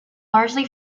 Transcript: largely